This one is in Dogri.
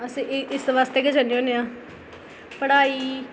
अस एह् इसदे आस्तै गै जन्ने होन्ने आं पढ़ाई